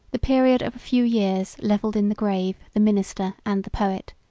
the period of a few years levelled in the grave the minister and the poet